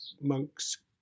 monk's